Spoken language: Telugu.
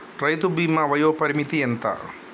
రైతు బీమా వయోపరిమితి ఎంత?